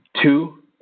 two